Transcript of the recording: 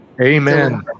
Amen